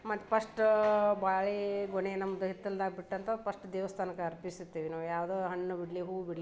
ಮತ್ತು ಫಸ್ಟ್ ಬಾಳೆಗೊನೆ ನಮ್ದು ಹಿತ್ತಲ್ದಾಗ ಬಿಟ್ಟಂಥವು ಫಸ್ಟ್ ದೇವ್ಸ್ಥಾನಕ್ಕೆ ಅರ್ಪಿಸುತ್ತೇವೆ ನಾವು ಯಾವ್ದೇ ಹಣ್ಣು ಬಿಡಲಿ ಹೂ ಬಿಡಲಿ